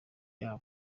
yabo